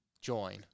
join